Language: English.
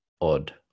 odd